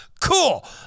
Cool